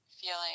feeling